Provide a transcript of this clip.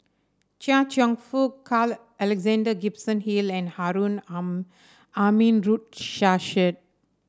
Chia Cheong Fook Carl Alexander Gibson Hill and Harun Aminurrashid